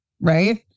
right